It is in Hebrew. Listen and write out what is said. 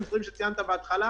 כפי שציינת בהתחלה